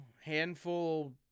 handful